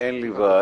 אין לי בעיה.